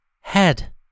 Head